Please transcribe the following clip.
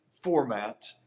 format